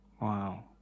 Wow